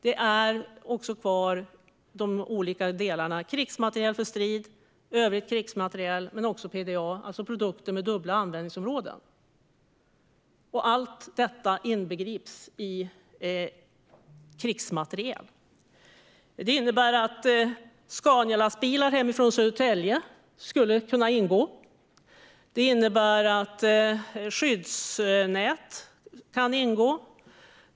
Det handlar också om olika delar, till exempel krigsmateriel för strid, övrig krigsmateriel och PDA, det vill säga produkter med dubbla användningsanvändningsområden. Allt detta inbegrips i krigsmateriel. Det innebär att Scanialastbilar hemifrån Södertälje skulle kunna ingå. Det innebär att skyddsnät kan ingå.